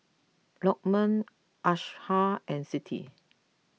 Lokman Aishah and Siti